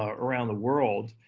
um around the world,